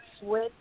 switch